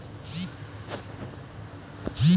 যে টাকাটা জমা দেওয়া হচ্ছে তার সুদের হার